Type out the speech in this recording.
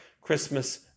Christmas